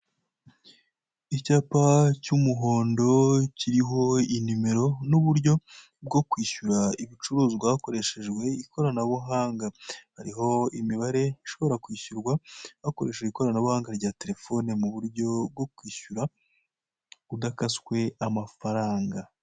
Icyapa cy'umuhondo kiriho inimero, n'uburyo bwo kwishyura ibicuruzwa hakoreshejwe ikoranabuhanga. Hariho imibare ishobora kwishyurwa hakoreshejwe ikoranabuhanga rya telefone mu buryo bwo kwishyura, udakaswe amafaranga.